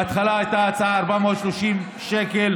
בהתחלה הייתה הצעה: 430 שקל,